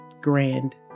grand